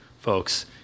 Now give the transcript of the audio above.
folks